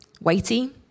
Weighty